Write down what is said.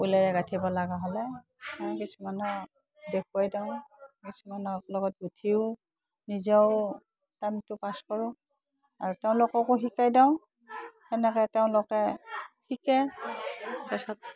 ঊলেৰে গাঁঠিব লগা হ'লে কিছুমানৰ দেখুৱাই দিওঁ কিছুমানৰ লগত গোঁঠিও নিজেও টাইমটো পাছ কৰোঁ আৰু তেওঁলোককো শিকাই দিওঁ সেনেকৈ তেওঁলোকে শিকে তাৰপিছত